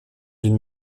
d’une